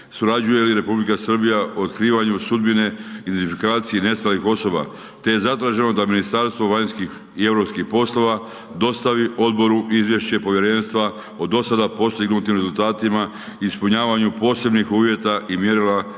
surađuje li Republika Srbija u otkrivanju sudbine, identifikacije nestalih osoba te je zatraženo da Ministarstvo vanjskih i europskih poslova dostavi odboru izvješće povjerenstva o dosada postignutim rezultatima i ispunjavanju posebnih uvjeta i mjerila za